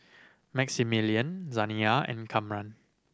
Maximillian Zaniyah and Kamron